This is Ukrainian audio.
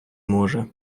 може